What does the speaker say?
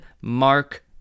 Mark